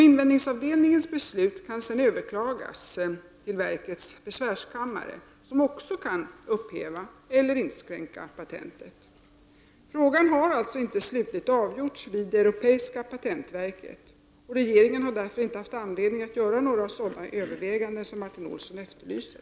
Invändningsavdelningens beslut kan sedan överklagas till verkets besvärskammare, som också kan upphäva eller inskränka patentet. Frågan har alltså inte slutligt avgjorts vid det europeiska patentverket. Regeringen har därför inte haft anledning att göra några sådana överväganden som Martin Olsson efterlyser.